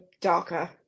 darker